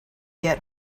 get